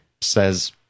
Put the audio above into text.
says